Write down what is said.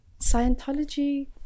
Scientology